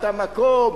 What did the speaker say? את המקום.